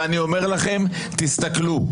ואני אומר לכם "תסתכלו".